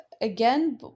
again